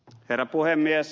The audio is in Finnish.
herra puhemies